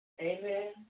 Amen